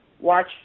Watch